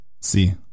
See